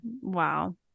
Wow